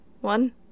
one